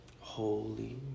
Holy